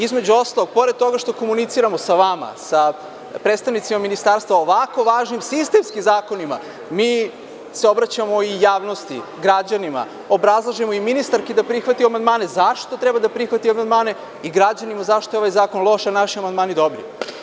Između ostalog, pored toga što komuniciramo sa vama, sa predstavnicima ministarstva, ovako važnim sistemskim zakonima, mi se obraćamo i javnosti, građanima, obrazlažemo i ministarki da prihvati amandmane, zašto treba da prihvati amandmane i građanima zašto je ovaj zakon loš, a naši amandmani dobri.